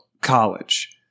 college